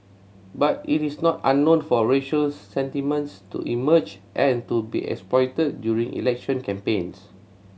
but it is not unknown for racial sentiments to emerge and to be exploited during election campaigns